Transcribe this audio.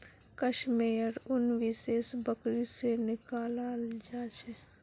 कश मेयर उन विशेष बकरी से निकलाल जा छे